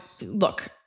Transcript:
look